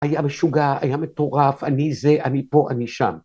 היה משוגע, היה מטורף, אני זה, אני פה, אני שם.